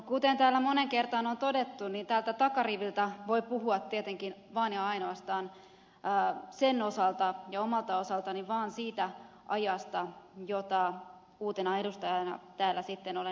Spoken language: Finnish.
kuten täällä moneen kertaan on todettu täältä takariviltä voin puhua tietenkin vain ja ainoastaan omalta osaltani vain siitä ajasta jonka uutena edustajana täällä olen istunut